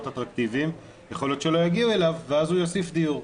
אטרקטיביים יכול להיות שלא יגיעו אליו ואז הוא יוסיף דיור.